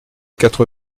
quatre